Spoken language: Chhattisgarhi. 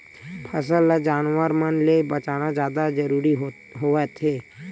फसल ल जानवर मन ले बचाना जादा जरूरी होवथे